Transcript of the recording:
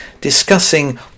discussing